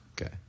Okay